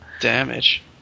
Damage